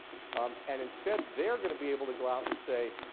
um and instead they're going to be able to go out and say,